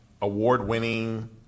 award-winning